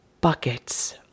Buckets